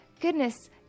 goodness